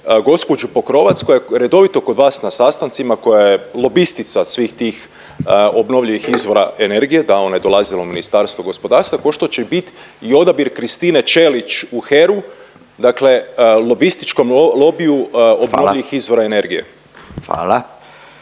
gospođu Pokrovac koja je redovito kod vas na sastancima, koja je lobistica svih tih obnovljivnih izvora energije, da ona je dolazila u Ministarstvo gospodarstva ko što će bit i odabir Kristine Čelić u HER-u. Dakle, lobističkom lobiju … …/Upadica Furio Radin: Hvala./…